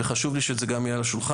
וחשוב לי שזה גם יהיה על השולחן.